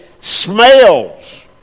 smells